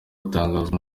atangazwa